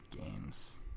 games